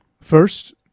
First